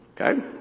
Okay